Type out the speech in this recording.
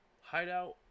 hideout